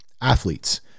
Athletes